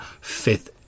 fifth